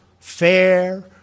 fair